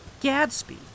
Gadsby